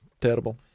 Terrible